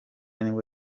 nibwo